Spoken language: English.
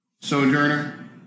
Sojourner